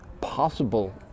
possible